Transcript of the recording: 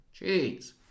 Jeez